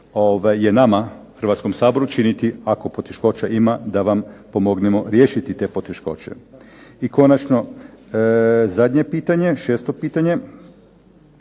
je nama Hrvatskom saboru činiti ako poteškoća ima da vam pomognemo riješiti te poteškoće. I konačno zadnje pitanje, šesto pitanje.